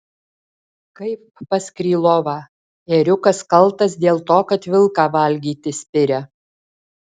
kaip pas krylovą ėriukas kaltas dėl to kad vilką valgyti spiria